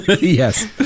Yes